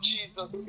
Jesus